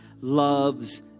loves